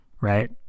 Right